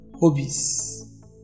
hobbies